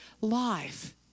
life